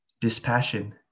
dispassion